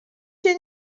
się